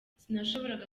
sinashoboraga